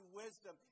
wisdom